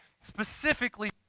specifically